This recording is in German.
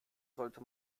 sollte